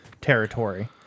Territory